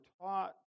taught